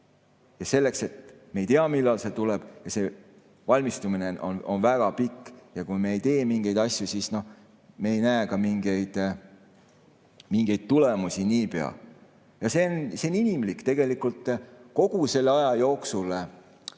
võimalik ja me ei tea, millal see tuleb, ja see valmistumine on väga pikk ja kui me ei tee mingeid asju, siis me ei näe niipea ka mingeid tulemusi. See on inimlik. Tegelikult kogu selle aja jooksul on